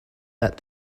that